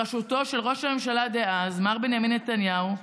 בראשותו של ראש הממשלה דאז מר בנימין נתניהו,